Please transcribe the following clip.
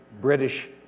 British